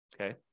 Okay